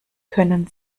können